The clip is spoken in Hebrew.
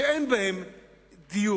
שאין בהן דיור.